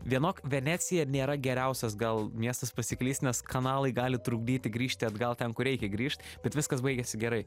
vienok venecija nėra geriausias gal miestas pasiklyst nes kanalai gali trukdyti grįžti atgal ten kur reikia grįžt bet viskas baigėsi gerai